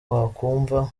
wakumva